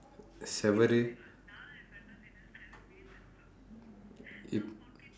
சுவரு:suvaru